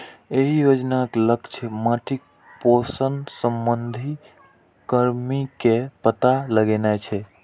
एहि योजनाक लक्ष्य माटिक पोषण संबंधी कमी के पता लगेनाय छै